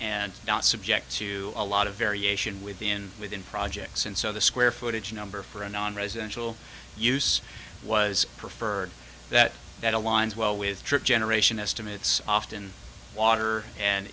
and not subject to a lot of variation within within projects and so the square footage number for a non residential use was preferred that that aligns well with trip generation estimates often water and